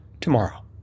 tomorrow